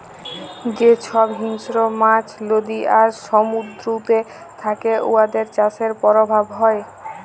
যে ছব হিংস্র মাছ লদী আর সমুদ্দুরেতে থ্যাকে উয়াদের চাষের পরভাব হ্যয়